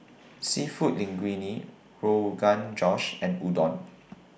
Seafood Linguine Rogan Josh and Udon